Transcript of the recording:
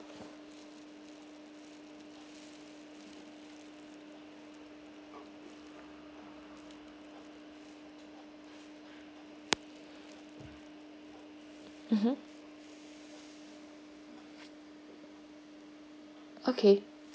mmhmm okay